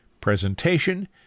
presentation